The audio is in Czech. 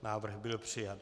Návrh byl přijat.